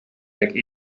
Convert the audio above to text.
make